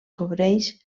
cobreix